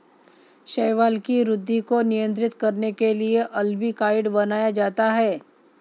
शैवाल की वृद्धि को नियंत्रित करने के लिए अल्बिकाइड बनाया जाता है